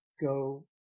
go